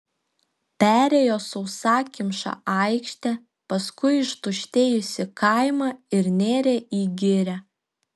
perėjo sausakimšą aikštę paskui ištuštėjusį kaimą ir nėrė į girią